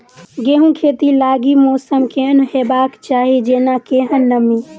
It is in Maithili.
गेंहूँ खेती लागि मौसम केहन हेबाक चाहि जेना केहन नमी?